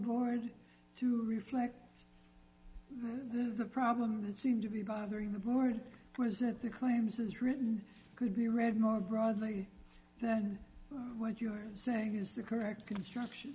board to reflect the problems that seem to be bothering the board present the claims is written could be read nor broadly then what you are saying is the correct construction